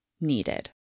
needed